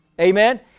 Amen